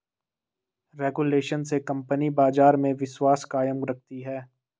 regulation से company बाजार में विश्वास कायम रखती है